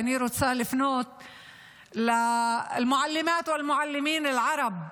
(אומרת דברים בשפה הערבית.